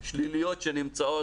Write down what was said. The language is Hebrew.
שליליות שנמצאות,